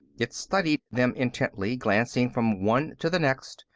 it studied them intently, glancing from one to the next,